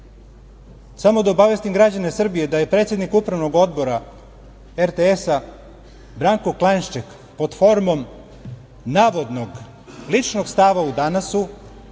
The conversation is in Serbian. ide. Samo da obavestim građane Srbije da je predsednik Upravnog odbora RTS Branko Klanšček pod formom navodnog ličnog stava u „Danasu“